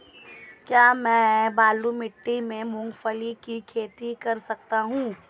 क्या मैं बालू मिट्टी में मूंगफली की खेती कर सकता हूँ?